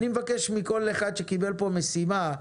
אני מבקש מכל אחד שקיבל פה משימה,